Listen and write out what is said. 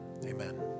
Amen